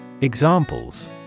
Examples